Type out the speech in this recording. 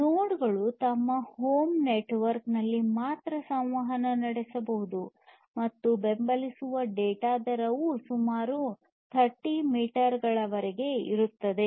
ನೋಡ್ ಗಳು ತಮ್ಮ ಹೋಮ್ ನೆಟ್ವರ್ಕ್ ನಲ್ಲಿ ಮಾತ್ರ ಸಂವಹನ ನಡೆಸಬಹುದು ಮತ್ತು ಬೆಂಬಲಿಸುವ ಡೇಟಾ ದರವು ಸುಮಾರು 30 ಮೀಟರ್ ಗಳವರೆಗೆ ಇರುತ್ತದೆ